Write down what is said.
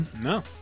No